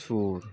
सुर